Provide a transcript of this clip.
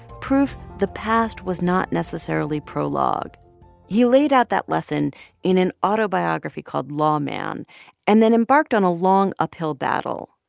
proof the past was not necessarily prologue he laid out that lesson in an autobiography called law man and then embarked on a long uphill battle.